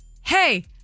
Hey